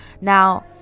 now